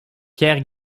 pierre